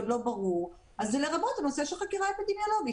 לא ברור אז זה לרבות הנושא של חקירה אפידמיולוגית.